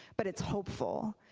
but it's hopeful.